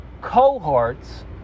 cohorts